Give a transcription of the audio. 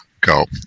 go